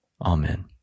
Amen